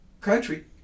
country